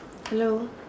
hello